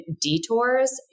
detours